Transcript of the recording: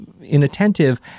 inattentive